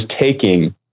taking